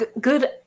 Good